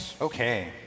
Okay